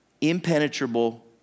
impenetrable